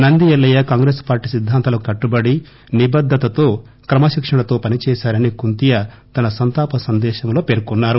Nandi Yellaiah Congress party సిద్దాంతాలకు కట్లుబడి నిబద్దతో క్రమశిక్షణతో పనిచేసారని కుంతియా తన సంతాప సందేశంలో పేర్కొన్నారు